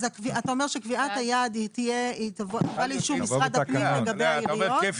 אתה אומר שקביעת היעד תובא לאישור משרד הפנים לגבי העיריות?